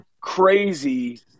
crazy